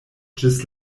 ĝis